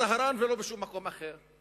בטהרן ולא בשום מקום אחר.